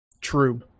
True